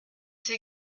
c’est